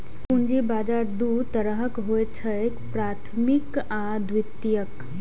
पूंजी बाजार दू तरहक होइ छैक, प्राथमिक आ द्वितीयक